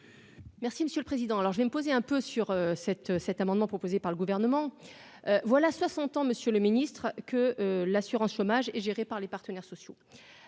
Merci Monsieur le Président, alors je vais me poser un peu sur cet cet amendement proposé par le gouvernement, voilà 60 ans, Monsieur le Ministre, que l'assurance chômage et géré par les partenaires sociaux,